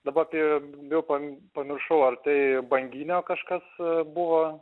daba apie bijau pam pamiršau ar tai banginio kažkas buvo